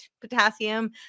potassium